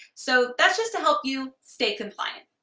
so that's just to help you stay compliant.